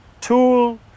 tool